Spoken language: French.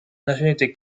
nationalité